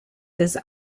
does